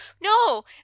no